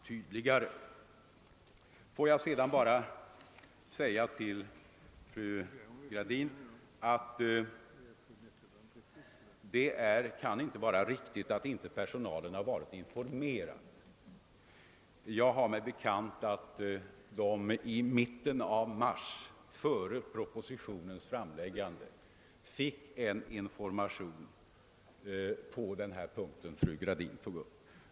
Till fru Gradin vill jag säga att det inte kan vara riktigt att personalen inte har varit informerad. Jag har mig bekant att den i mitten av mars, före propositionens framläggande, fick information på den punkt som fru Gradin tog upp.